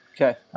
Okay